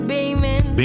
Beaming